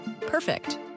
Perfect